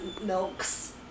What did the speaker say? milks